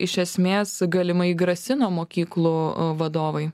iš esmės galimai grasino mokyklų vadovai